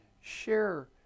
share